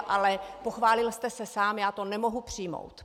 Ale pochválil jste se sám, já to nemohu přijmout.